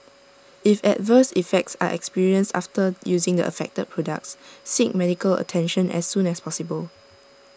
if adverse effects are experienced after using the affected products seek medical attention as soon as possible